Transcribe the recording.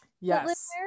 yes